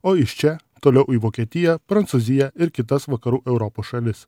o iš čia toliau į vokietiją prancūziją ir kitas vakarų europos šalis